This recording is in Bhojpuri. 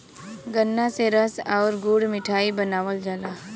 गन्रा से रस आउर गुड़ मिठाई बनावल जाला